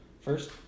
first